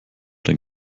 den